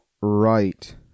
Right